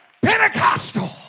Pentecostal